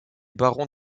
baron